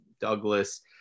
Douglas